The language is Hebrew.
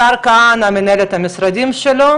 השר כהנא מנהל את המשרד שלו,